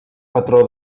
patró